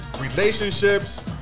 relationships